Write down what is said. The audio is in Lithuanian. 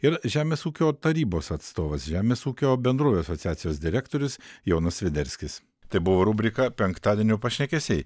ir žemės ūkio tarybos atstovas žemės ūkio bendrovių asociacijos direktorius jonas sviderskis tai buvo rubrika penktadienio pašnekesiai